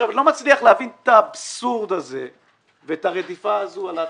אני לא מצליח להבין את האבסורד הזה ואת הרדיפה הזו על העצמאים.